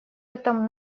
этом